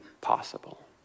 possible